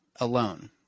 alone